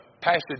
passage